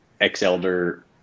ex-elder